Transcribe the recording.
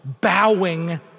bowing